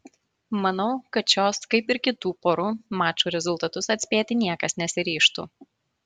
manau kad šios kaip ir kitų porų mačų rezultatus atspėti niekas nesiryžtų